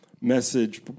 message